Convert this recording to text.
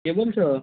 কে বলছ